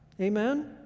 Amen